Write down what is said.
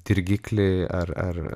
dirgiklį ar ar